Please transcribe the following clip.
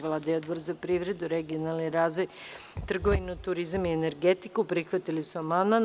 Vlada i Odbor za privredu, regionalni razvoj, trgovinu, turizam i energetiku, prihvatili su amandman.